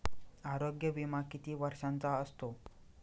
आरोग्य विमा किती वर्षांचा असतो?